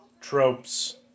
tropes